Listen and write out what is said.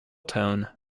tone